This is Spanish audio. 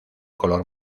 color